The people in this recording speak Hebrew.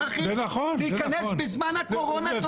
להיכנס בזמן הקורונה.